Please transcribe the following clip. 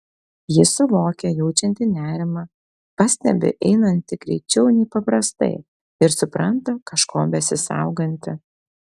ji suvokia jaučianti nerimą pastebi einanti greičiau nei paprastai ir supranta kažko besisauganti